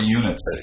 units